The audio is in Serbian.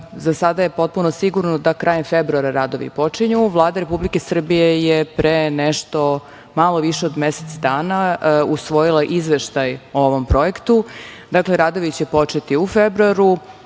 za sada je potpuno sigurno da krajem februara radovi počinju. Vlada Republike Srbije je pre nešto malo više od mesec dana usvojila izveštaj o ovom projektu. Dakle, radovi će početi u februaru.